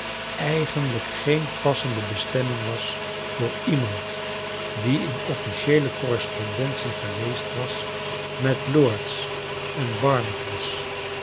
eigenlrjk geen passende bestemming was voor iemand die in officieele correspondentie geweest was met lords en barnacles